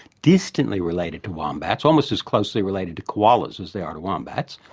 distantly related to wombats, almost as closely related to koalas as they are to wombats.